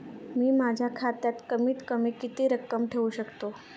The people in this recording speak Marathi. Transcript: मी माझ्या खात्यात कमीत कमी किती रक्कम ठेऊ शकतो?